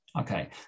Okay